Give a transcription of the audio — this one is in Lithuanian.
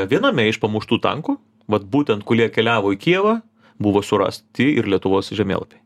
viename iš pamuštų tankų vat būtent kulie keliavo į kijevą buvo surasti ir lietuvos žemėlapiai